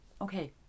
Okay